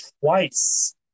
twice